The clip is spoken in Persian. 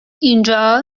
اینجا